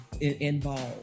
involved